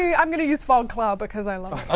yeah i'm gonna use fog cloud because i love.